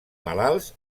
malalts